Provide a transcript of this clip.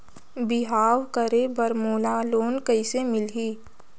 बिहाव करे बर मोला लोन कइसे मिलही?